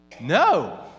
No